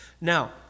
Now